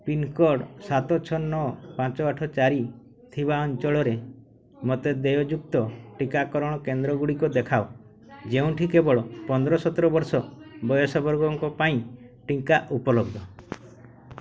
pincode ସାତ ଛଅ ନଅ ପାଞ୍ଚ ଆଠ ଚାରି ଥିବା ଅଞ୍ଚଳରେ ମୋତେ ଦେୟଯୁକ୍ତ ଟିକାକରଣ କେନ୍ଦ୍ରଗୁଡ଼ିକ ଦେଖାଅ ଯେଉଁଠି କେବଳ ପନ୍ଦର ସତର ବର୍ଷ ବୟସ ବର୍ଗଙ୍କ ପାଇଁ ଟିକା ଉପଲବ୍ଧ